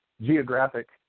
geographic